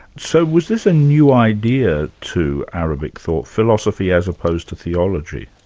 so was this a new idea to arabic thought? philosophy as opposed to theology?